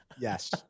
Yes